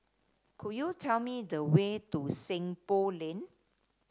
could you tell me the way to Seng Poh Lane